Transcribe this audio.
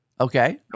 Okay